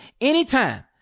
anytime